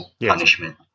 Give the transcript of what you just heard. punishment